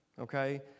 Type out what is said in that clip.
okay